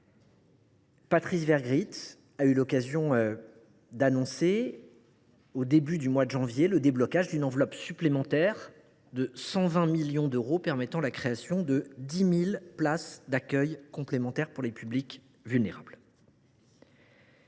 Patrice Vergriete a annoncé au début du mois de janvier le déblocage d’une enveloppe supplémentaire de 120 millions d’euros pour créer 10 000 places d’accueil complémentaires pour les publics vulnérables.